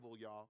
y'all